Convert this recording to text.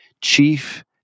chief